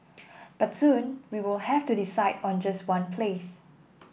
but soon we will have to decide on just one place